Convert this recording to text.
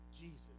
Jesus